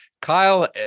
Kyle